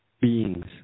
beings